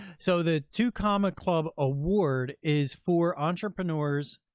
so the two comma club award is for entrepreneurs.